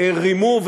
רימו,